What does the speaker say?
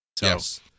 Yes